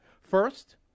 First